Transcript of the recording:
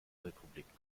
republik